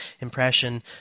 impression